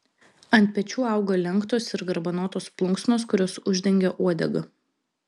ant pečių auga lenktos ir garbanotos plunksnos kurios uždengia uodegą